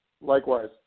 Likewise